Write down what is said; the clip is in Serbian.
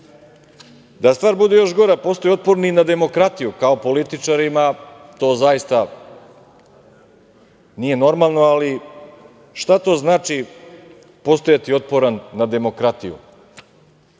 stvar bude još gora, postaju otporni i na demokratiju. Kao političarima, to zaista nije normalno. Ali, šta to znači postojati otporan na demokratiju?